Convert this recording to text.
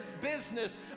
business